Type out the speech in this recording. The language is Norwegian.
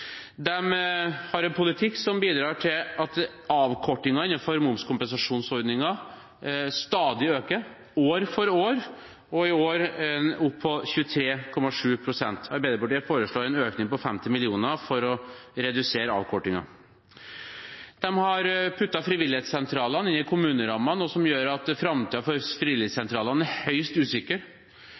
har en politikk som bidrar til at avkortingen innenfor momskompensasjonsordningen stadig øker – år for år – og i år er den på 23,7 pst. Arbeiderpartiet foreslår en økning på 50 mill. kr for å redusere avkortingen. De har puttet frivillighetssentralene inn i kommunerammen, noe som gjør at framtiden for frivillighetssentralene er høyst usikker.